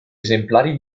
esemplari